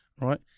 Right